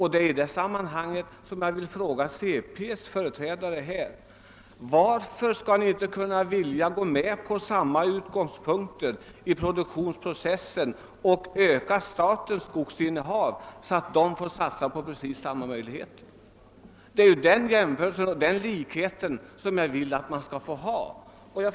I det sammanhanget vill jag fråga centerpartiets företrädare: Varför vill ni inte att staten skall ha samma utgångspunkt för produktionsprocessen och öka sitt skogsinnehav, så att den får lika stora möjligheter till satsningar som de enskilda företagen? Det är en sådan likhet jag önskar åstadkomma.